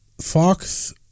Fox